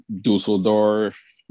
Dusseldorf